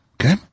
Okay